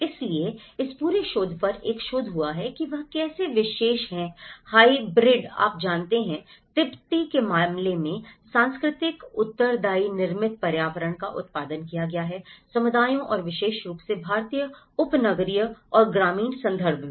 इसलिए इस पूरे शोध पर एक शोध हुआ है कि यह कैसे विशेष है हाइब्रिड आप जानते हैं तिब्बती के मामले में सांस्कृतिक उत्तरदायी निर्मित पर्यावरण का उत्पादन किया गया है समुदायों और विशेष रूप से भारतीय उपनगरीय और ग्रामीण संदर्भ में